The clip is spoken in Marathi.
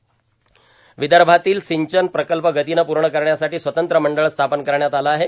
र्यावदभातील र्यासंचन प्रकल्प गतीनं पूण करण्यासाठां स्वतंत्र मंडळ स्थापन करण्यात आलं आहे